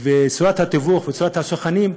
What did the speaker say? וצורת התיווך והסוכנים,